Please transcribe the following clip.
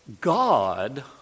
God